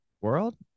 world